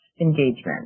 engagement